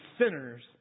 sinners